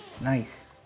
nice